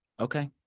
Okay